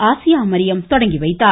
ஆசியாமரியம் தொடங்கி வைத்தார்